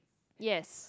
yes